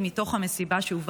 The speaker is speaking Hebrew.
תודה רבה, אדוני היושב-ראש.